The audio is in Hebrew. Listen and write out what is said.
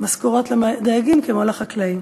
משכורות לדייגים, כמו לחקלאים.